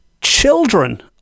children